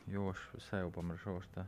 jau aš visai jau pamiršau aš tą